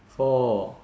four